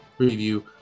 preview